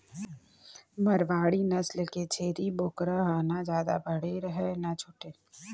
मारवाड़ी नसल के छेरी बोकरा ह न जादा बड़े रहय न छोटे